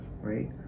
right